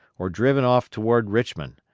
or driven off toward richmond.